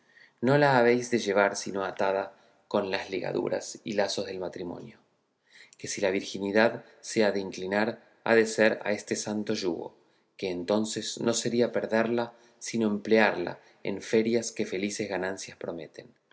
no la habéis de llevar sino atada con las ligaduras y lazos del matrimonio que si la virginidad se ha de inclinar ha de ser a este santo yugo que entonces no sería perderla sino emplearla en ferias que felices ganancias prometen